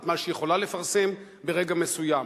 את מה שהיא יכולה לפרסם ברגע מסוים.